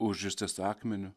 užristas akmeniu